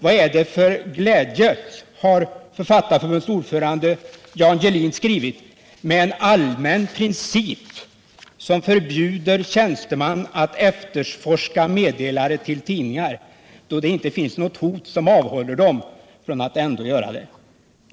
Vad är det för glädje, har Författarförbundets ordförande Jan Gehlin skrivit, med en allmän princip som förbjuder tjänstemän att efterforska meddelare till tidningar, då det inte finns något hot som avhåller dem från att ändå göra det?